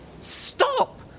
Stop